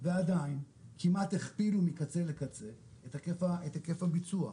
ועדיין כמעט הכפילו מקצה לקצה את היקף הביצוע.